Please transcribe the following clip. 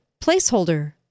placeholder